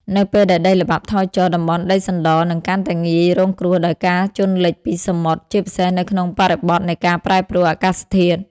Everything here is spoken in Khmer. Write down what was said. នៅពេលដែលដីល្បាប់ថយចុះ តំបន់ដីសណ្ដរនឹងកាន់តែងាយរងគ្រោះដោយការជន់លិចពីសមុទ្រ ជាពិសេសនៅក្នុងបរិបទនៃការប្រែប្រួលអាកាសធាតុ។